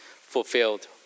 fulfilled